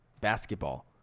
basketball